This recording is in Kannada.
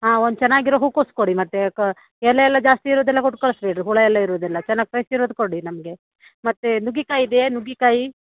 ಹಾಂ ಒಂದ್ ಚೆನ್ನಾಗಿರೋ ಹೂಕೋಸು ಕೊಡಿ ಮತ್ತು ಕ ಎಲೆ ಎಲ್ಲ ಜಾಸ್ತಿ ಇರೋದೆಲ್ಲ ಕೊಟ್ಟು ಕಳಿಸ ಬೇಡಿರಿ ಹುಳವೆಲ್ಲ ಇರೋದೆಲ್ಲ ಚೆನ್ನಾಗಿ ಫ್ರೆಶ್ ಇರೋದು ಕೊಡಿ ನಮಗೆ ಮತ್ತೆ ನುಗ್ಗೆಕಾಯಿ ಇದೆಯಾ ನುಗ್ಗೆಕಾಯಿ